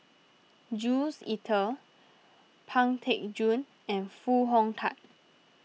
Jules Itier Pang Teck Joon and Foo Hong Tatt